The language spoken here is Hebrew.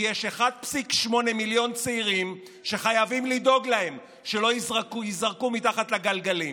כי יש 1.8 מיליון צעירים שחייבים לדאוג להם שלא ייזרקו מתחת לגלגלים.